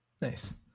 nice